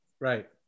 right